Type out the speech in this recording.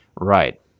Right